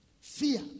fear